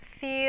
feel